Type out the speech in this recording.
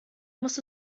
muss